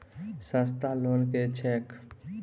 सस्ता लोन केँ छैक